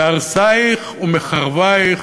"מהרסיך ומחרביך